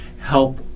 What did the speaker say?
Help